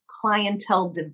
clientele